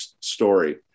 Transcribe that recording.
story